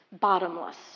bottomless